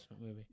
movie